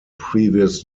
previous